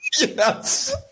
Yes